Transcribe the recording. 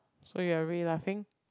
so you are really laughing